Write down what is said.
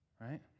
right